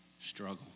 struggle